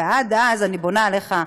ועד אז אני בונה עליך,